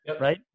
Right